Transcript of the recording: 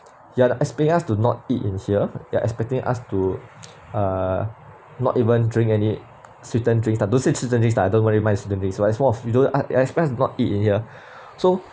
you're expecting us to not eat in here you're expecting us to uh not even drink any sweetened drinks don't say sweetened drinks lah don't really mind the sweetened drinks but it's more of you don't you expect us to not eat in here so